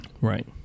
Right